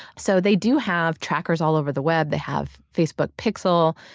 so they do have trackers all over the web, they have facebook pixel,